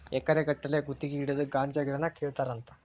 ಎಕರೆ ಗಟ್ಟಲೆ ಗುತಗಿ ಹಿಡದ ಗಾಂಜಾ ಗಿಡಾನ ಕೇಳತಾರಂತ